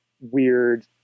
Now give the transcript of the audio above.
weird